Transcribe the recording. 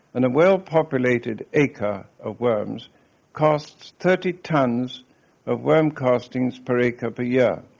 and a well-populated acre of worms casts thirty tonnes of worm castings per acre per yeah